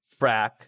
Frack